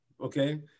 okay